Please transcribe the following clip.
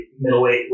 middleweight